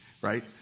Right